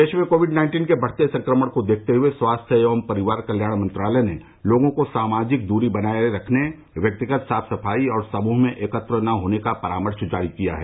देश में Covid nineteen के बढ़ते संक्रमण को देखते हुए स्वास्थ्य एवं परिवार कल्याण मंत्रालय ने लोगों को सामाजिक दूरी बनाए रखने व्यक्तिगत साफ सफाई और समूह में एकत्र न होने का परामर्श जारी किया है